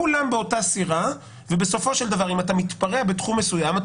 כולם באותה סירה ובסופו של דבר אם אתה מתפרע בתחום מסוים אתה